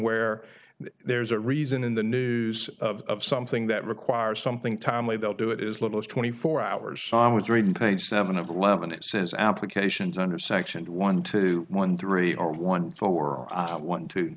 where there's a reason in the news of something that requires something timely they'll do it is little is twenty four hours i was reading page seven of eleven it says applications under section one two one three or one four one t